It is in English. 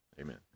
Amen